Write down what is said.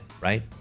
right